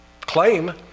claim